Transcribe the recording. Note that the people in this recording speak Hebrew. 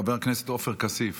חבר הכנסת עופר כסיף.